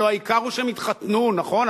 הלוא העיקר הוא שהם יתחתנו, נכון?